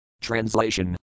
Translation